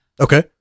Okay